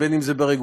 בין אם זה ברגולציה,